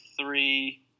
three